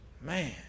Man